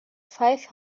five